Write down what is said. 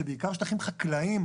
זה בעיקר שטחים חקלאיים.